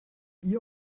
ihr